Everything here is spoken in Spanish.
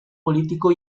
político